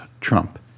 Trump